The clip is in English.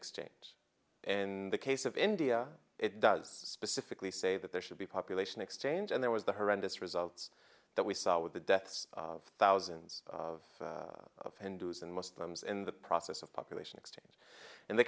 exchange in the case of india it does specifically say that there should be population exchange and there was the horrendous results that we saw with the deaths of thousands of hindus and muslims in the process of population exchange in the